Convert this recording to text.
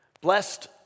Blessed